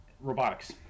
robotics